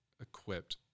equipped